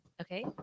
Okay